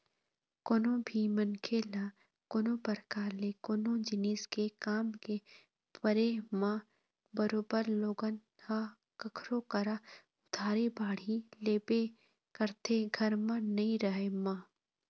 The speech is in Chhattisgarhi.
कोनो भी मनखे ल कोनो परकार ले कोनो जिनिस के काम के परे म बरोबर लोगन ह कखरो करा उधारी बाड़ही लेबे करथे घर म नइ रहें म